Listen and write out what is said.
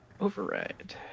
Override